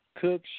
Cook